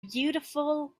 beautiful